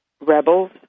rebels